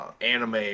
Anime